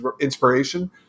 inspiration